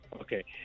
Okay